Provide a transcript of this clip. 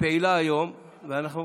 היא פעילה היום, ואנחנו,